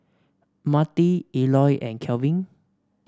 Mattie Eloy and Kelvin